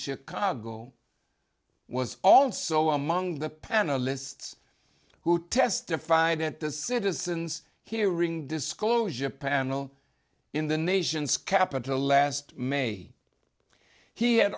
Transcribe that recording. chicago was also among the panelists who testified at the citizen's hearing disclosure panel in the nation's capital last may he had